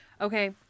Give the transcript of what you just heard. Okay